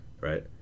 right